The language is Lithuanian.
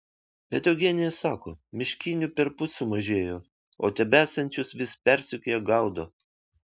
bet eugenija sako miškinių perpus sumažėjo o tebesančius vis persekioja gaudo